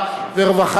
אילטוב,